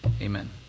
Amen